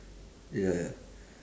ya ya